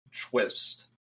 twist